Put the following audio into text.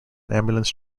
ambulance